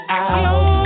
out